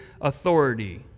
authority